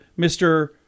Mr